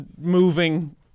moving